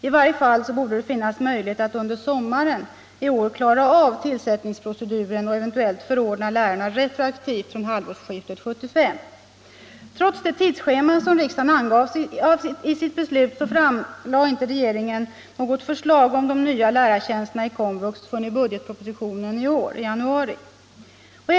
I varje fall borde det finnas möjligheter att under sommaren 1975 klara av tillsättningsproceduren och eventuellt förordna lärarna retroaktivt från halvårsskiftet 1975. Trots det tidsschema som riksdagen angav i sitt beslut framlade regeringen inte något förslag om de nya lärartjänsterna för den kommunala vuxenutbildningens behov förrän i budgetpropositionen i januari i år.